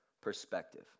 perspective